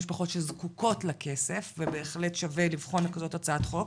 משפחות שזקוקות לכסף ובהחלט שווה לבחון כזאת הצעת חוק,